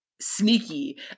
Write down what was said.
sneaky